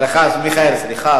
סליחה, מיכאל, סליחה,